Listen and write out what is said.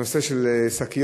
הנושא של השקיות,